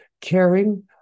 caring